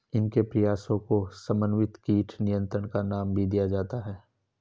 इनके प्रयासों को समन्वित कीट नियंत्रण का नाम भी दिया जाता है